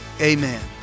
amen